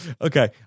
Okay